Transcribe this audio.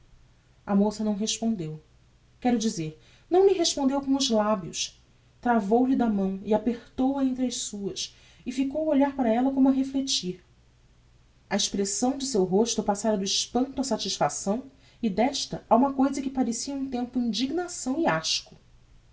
a moça não respondeu quero dizer não lhe respondeu com os labios travou-lhe da mão e apertou-a entre as suas e ficou a olhar para ella como a reflectir a expressão de seu rosto passara do espanto á satisfação e desta a uma cousa que parecia a um tempo indignação e